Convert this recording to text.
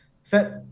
set